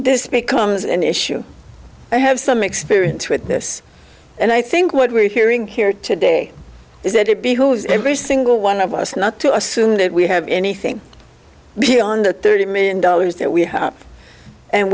this becomes an issue i have some experience with this and i think what we're hearing here today is that it behooves every single one of us not to assume that we have anything beyond the thirty million dollars that we have and